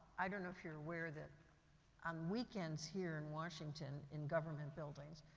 i don't know if you're aware that on weekends here in washington, in government buildings,